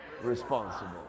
responsible